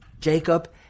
Jacob